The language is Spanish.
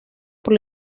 por